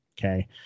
Okay